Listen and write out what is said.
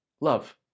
love